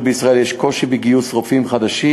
בישראל שיש קושי בגיוס רופאים חדשים,